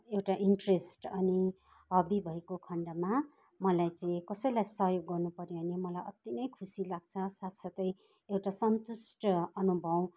एउटा इन्ट्रेस्ट अनि हबी भएको खण्डमा मलाई चाहिँ कसैलाई सहयोग गर्नु पऱ्यो भने मलाई अत्ति नै खुसी लाग्छ साथ साथै एउटा सन्तुष्ट अनुभव